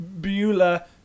Beulah